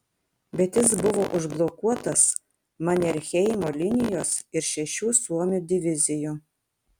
bet jis buvo užblokuotas manerheimo linijos ir šešių suomių divizijų